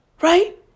Right